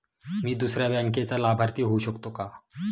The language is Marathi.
मी दुसऱ्या बँकेचा लाभार्थी होऊ शकतो का?